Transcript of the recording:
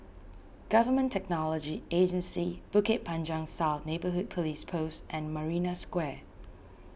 Government Technology Agency Bukit Panjang South Neighbourhood Police Post and Marina Square